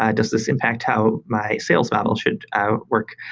ah does this impact how my sales model should work?